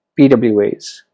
PWAs